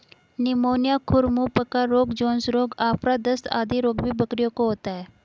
pneumonia, खुर मुँह पका रोग, जोन्स रोग, आफरा, दस्त आदि रोग भी बकरियों को होता है